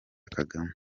kagame